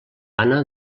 anna